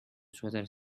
sweater